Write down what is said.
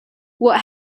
what